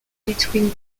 between